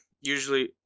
usually